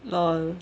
LOL